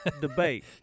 debate